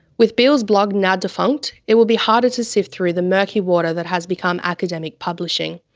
with beall's blog now defunct, it will be harder to sift through the murky water that has become academic publishing.